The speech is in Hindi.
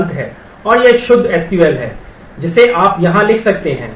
और यह शुद्ध एसक्यूएल में लिख सकते हैं